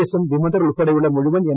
എസും വിമതർ ഉൾപ്പെടെയുള്ള മുഴുവൻ എം